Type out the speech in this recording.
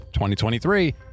2023